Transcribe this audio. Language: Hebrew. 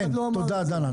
תודה, דנה.